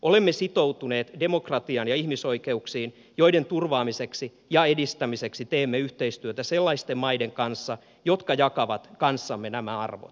olemme sitoutuneet demokratiaan ja ihmisoikeuksiin joiden turvaamiseksi ja edistämiseksi teemme yhteistyötä sellaisten maiden kanssa jotka jakavat kanssamme nämä arvot